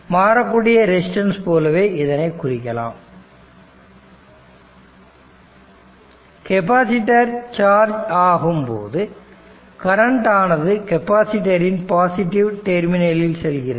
மாறக்கூடிய ரெசிஸ்டன்ஸ் போலவே இதனை குறிக்கலாம் கெப்பாசிட்டர் சார்ஜ் ஆகும் போது கரண்ட் ஆனது கெப்பாசிட்டர் இன பாசிட்டிவ் டெர்மினலில் செல்கிறது